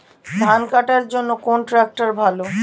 ধান কাটার জন্য কোন ট্রাক্টর ভালো?